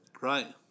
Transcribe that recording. Right